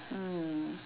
mm